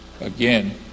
again